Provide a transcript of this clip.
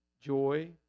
joy